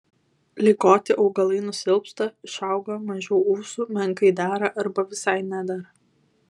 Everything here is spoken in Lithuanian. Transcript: ligoti augalai nusilpsta išauga mažiau ūsų menkai dera arba visai nedera